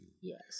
Yes